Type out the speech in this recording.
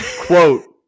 quote